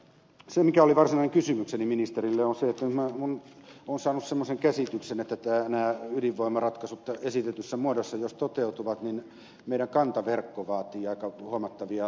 se mikä on varsinainen kysymykseni ministerille on se että minä olen saanut semmoisen käsityksen että jos nämä ydinvoimaratkaisut esitetyssä muodossa toteutuvat niin meidän kantaverkkomme vaatii aika huomattavia lisäinvestointeja